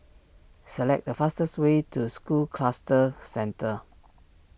select the fastest way to School Cluster Centre